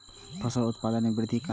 फसल उत्पादन में वृद्धि केना हैं?